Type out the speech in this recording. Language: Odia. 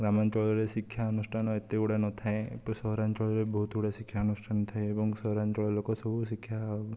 ଗ୍ରାମାଞ୍ଚଳରେ ଶିକ୍ଷାନୁଷ୍ଠାନ ଏତେ ଗୁଡ଼ିଏ ନଥାଏ ସହରାଞ୍ଚଳରେ ବହୁତ ଗୁଡ଼ାଏ ଶିକ୍ଷାନୁଷ୍ଠାନ ଥାଏ ଏବଂ ସହରାଞ୍ଚଳ ଲୋକ ସବୁ ଶିକ୍ଷା